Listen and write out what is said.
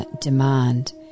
demand